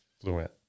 fluent